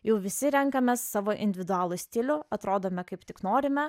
jau visi renkamės savo individualų stilių atrodome kaip tik norime